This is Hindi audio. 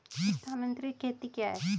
स्थानांतरित खेती क्या है?